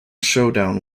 showdown